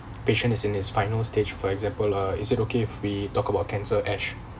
patient is in his final stage for example err is it okay if we talk about cancer ash